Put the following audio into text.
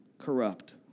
corrupt